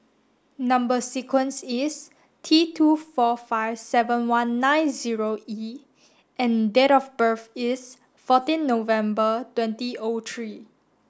number sequence is T two four five seven one nine zero E and date of birth is fourteenth November twenty O three